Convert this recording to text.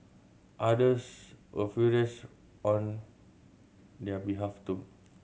others were furious on their behalf too